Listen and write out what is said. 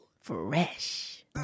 Fresh